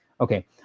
Okay